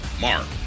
Mark